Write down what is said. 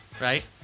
right